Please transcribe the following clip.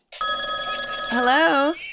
Hello